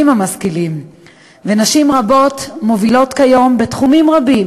המשכילים ונשים רבות מובילות כיום בתחומים רבים,